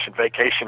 vacation